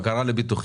מה קרה בביטוחים?